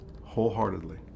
wholeheartedly